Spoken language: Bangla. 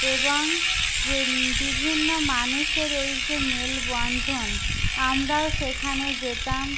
এবং যে বিভিন্ন মানুষের এই যে মেলবন্ধন আমরাও সেখানে যেতাম